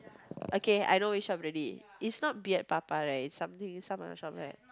okay I know which shop already it's not Beard-Papa right is something is some other shop right